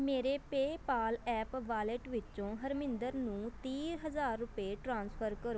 ਮੇਰੇ PayPal app wallet ਵਿੱਚੋਂ ਹਰਮਿੰਦਰ ਨੂੰ ਤੀਹ ਹਜ਼ਾਰ ਰੁਪਏ ਟ੍ਰਾਂਸਫਰ ਕਰੋ